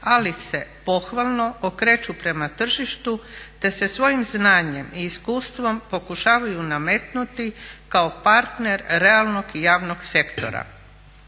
ali se pohvalno okreću prema tržištu, te se svojim znanjem i iskustvom pokušavaju nametnuti kao partner realnog i javnog sektora.